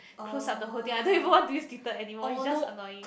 close up the whole thing I don't even want to use Twitter anymore is just annoying